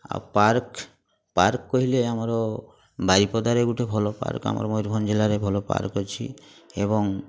ଆଉ park park କହିଲେ ଆମର ବାରିପଦାରେ ଗୁଟେ ଭଲ ପାର୍କ ଆମର ମୟୂରଭଞ୍ଜ ଜିଲ୍ଲାରେ ଭଲ ପାର୍କ ଅଛି ଏବଂ